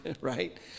Right